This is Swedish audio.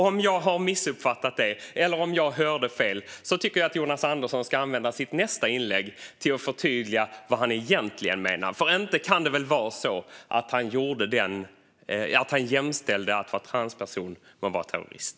Om jag har missuppfattat eller hört fel tycker jag att Jonas Andersson ska använda sitt nästa inlägg till att förtydliga vad han egentligen menar. Inte kan det väl vara så att han jämställde att vara transperson med att vara terrorist?